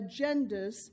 agendas